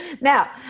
Now